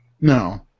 No